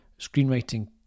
screenwriting